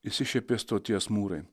išsišiepė stoties mūrai